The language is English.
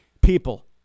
People